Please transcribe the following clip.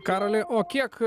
karoli o kiek